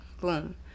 Boom